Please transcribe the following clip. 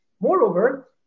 Moreover